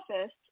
office